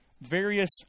various